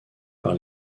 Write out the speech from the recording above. par